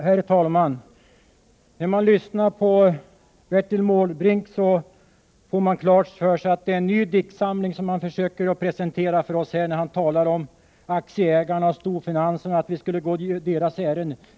Herr talman! När man lyssnar till Bertil Måbrink får man klart för sig att det är en ny diktsamling han försöker presentera för oss när han talar om aktieägarna, storfinansen och att vi skulle gå deras ärenden.